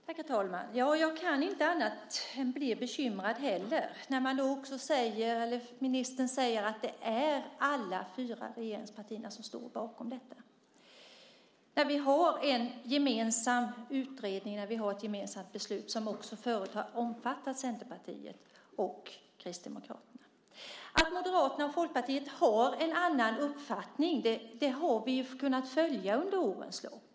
Herr talman! Jag kan inte bli annat än bekymrad när ministern säger att alla fyra regeringspartier står bakom detta. Vi har en gemensam utredning och ett gemensamt beslut som förut också har omfattat Centerpartiet och Kristdemokraterna. Att Moderaterna och Folkpartiet har en annan uppfattning har vi kunnat följa under årens lopp.